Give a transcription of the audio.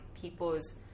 people's